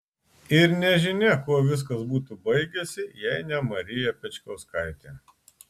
ir nežinia kuo viskas būtų baigęsi jei ne marija pečkauskaitė